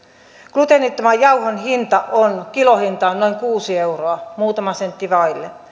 gluteenittoman jauhon kilohinta on noin kuusi euroa muutama sentti vaille